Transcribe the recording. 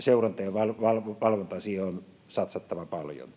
Seurantaan ja valvontaan on satsattava paljon.